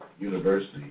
University